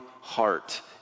heart